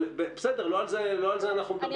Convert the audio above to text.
אבל לא על זה אנחנו מדברים.